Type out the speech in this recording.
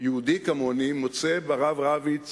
יהודי כמוני מוצא ברב רביץ